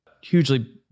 hugely